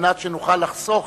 כדי שנוכל לחסוך